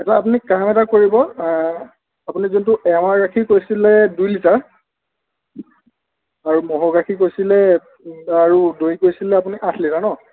এটা আপুনি কাম এটা কৰিব আপুনি যোনটো এঁৱা গাখীৰ কৈছিলে দুই লিটাৰ আৰু ম'হৰ গাখীৰ কৈছিলে আৰু দৈ কৈছিলে আপুনি আঠ লিটাৰ ন